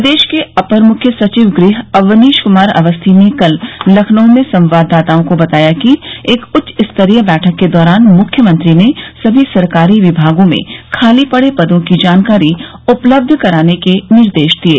प्रदेश के अपर मुख्य सचिव गृह अवनीश कुमार अवस्थी ने कल लखनऊ में संवाददाताओं को बताया कि एक उच्चस्तरीय बैठक के दौरान मुख्यमंत्री ने सभी सरकारी विभागों में खाली पड़े पदों की जानकारी उपलब्ध कराने के निर्देश दिये